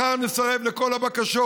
מחר נסרב לכל הבקשות.